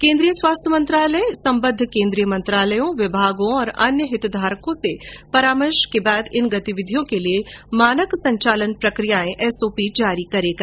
केंद्रीय स्वास्थ्य मंत्रालय सम्बद्ध केंद्रीय मंत्रालयों और विभागों तथा अन्य हितधारकों के परामर्श से इन गतिविधियों के लिए मानक संचालन प्रक्रियाएं एसओपी जारी करेगा